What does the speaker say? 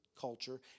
culture